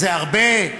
זה הרבה?